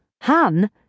Han